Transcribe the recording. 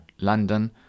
London